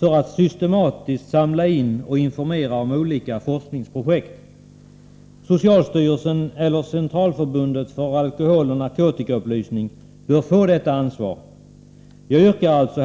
för att systematiskt samla in och informera om olika forskningsprojekt. Socialstyrelsen eller Centralförbundet för alkoholoch narkotikaupplysning bör få detta ansvar. Herr talman!